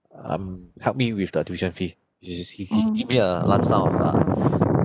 um helped me with the tuition fee which is he he give me a lump sum of uh